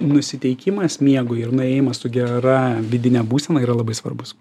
nusiteikimas miegui ir nuėjimas su gera vidine būsena yra labai svarbus